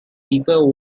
people